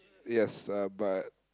yes uh but